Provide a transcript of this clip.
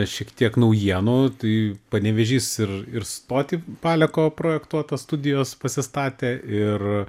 šiek tiek naujienų tai panevėžys ir ir stotį paleko projektuotą studijos pasistatė ir